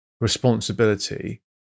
responsibility